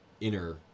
inner